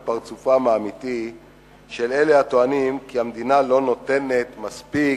את פרצופם האמיתי של אלה שטוענים שהמדינה לא נותנת מספיק